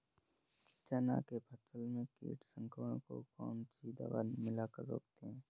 चना के फसल में कीट संक्रमण को कौन सी दवा मिला कर रोकते हैं?